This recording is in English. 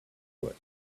foot